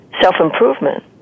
self-improvement